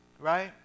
right